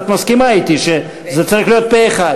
את מסכימה אתי שזה צריך להיות פה-אחד?